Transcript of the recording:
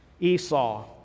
Esau